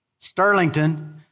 Sterlington